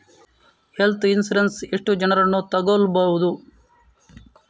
Health insurance ಎಷ್ಟು ಜನರನ್ನು ತಗೊಳ್ಬಹುದು?